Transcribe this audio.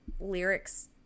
lyrics